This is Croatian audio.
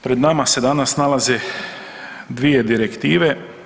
Pred nama se danas nalaze dvije direktive.